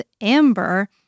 Amber